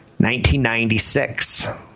1996